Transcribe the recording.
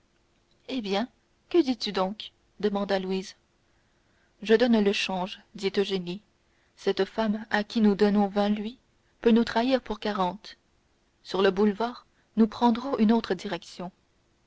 eh bien que dis-tu donc demanda louise je donne le change dit eugénie cette femme à qui nous donnons vingt louis peut nous trahir pour quarante sur le boulevard nous prendrons une autre direction